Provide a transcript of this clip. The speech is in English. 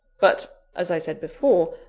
but, as i said before,